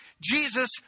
Jesus